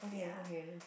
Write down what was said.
ya